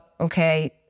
okay